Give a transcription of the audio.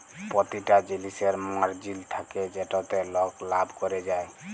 পতিটা জিলিসের মার্জিল থ্যাকে যেটতে লক লাভ ক্যরে যায়